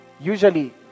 Usually